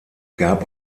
gab